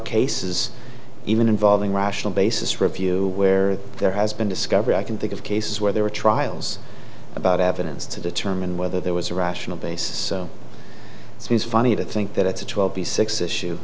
cases even involving rational basis review where there has been discovery i can think of cases where there were trials about evidence to determine whether there was a rational basis so it seems funny to think that it's a twelve